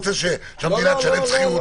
ואולי להוסיף שיהיה בתיאום עם מנהל המסגרת.